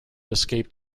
escaped